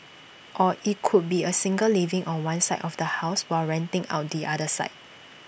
or IT could be A single living on one side of the house while renting out the other side